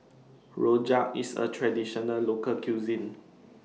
Rojak IS A Traditional Local Cuisine